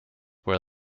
were